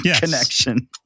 Connection